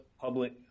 public